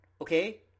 Okay